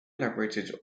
elaborated